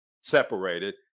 separated